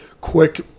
quick